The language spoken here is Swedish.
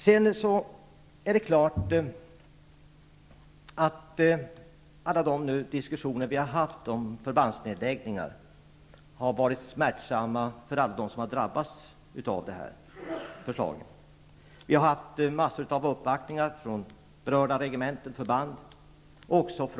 Det är klart att alla de diskussioner som har förts om nedläggningar av förband har varit smärtsamma för alla dem som har drabbats av förslagen. Utskottet har fått en mängd uppvaktningar från berörda regementen, förband och kommuner.